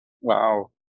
Wow